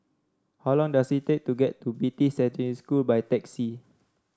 how long does it take to get to Beatty Secondary School by taxi